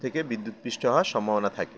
থেকে বিদ্যুৎপিষ্ট হওয়ার সম্ভাবনা থাকে